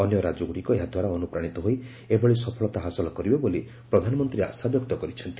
ଅନ୍ୟ ରାଜ୍ୟଗୁଡ଼ିକ ଏହା ଦ୍ୱାରା ଅନୁପ୍ରାଣିତ ହୋଇ ଏଭଳି ସଫଳତା ହାସଲ କରିବେ ବୋଲି ପ୍ରଧାନମନ୍ତ୍ରୀ ଆଶାବ୍ୟକ୍ତ କରିଛନ୍ତି